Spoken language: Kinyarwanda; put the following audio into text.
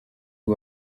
ubu